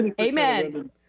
Amen